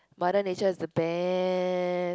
Mother-Nature is the best